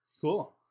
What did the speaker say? Cool